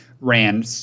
ran